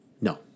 No